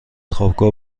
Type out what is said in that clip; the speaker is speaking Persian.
خوابگاه